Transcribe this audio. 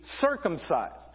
circumcised